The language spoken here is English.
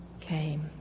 came